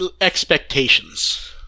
expectations